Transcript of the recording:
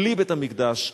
בלי בית-המקדש,